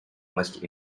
must